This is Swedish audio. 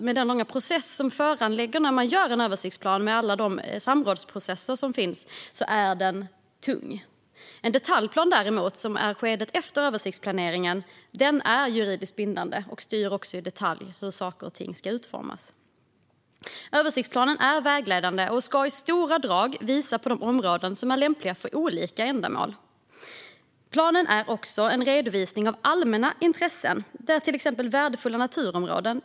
Men den är tung i och med den långa process, med alla samrådsprocesser, det innebär att göra en översiktsplan. En detaljplan däremot, som kommer efter översiktsplaneringen, är juridiskt bindande och styr i detalj hur saker och ting ska utformas. Översiktsplanen är vägledande och ska i stora drag visa områden som är lämpliga för olika ändamål. Planen är också en redovisning av allmänna intressen, till exempel värdefulla naturområden.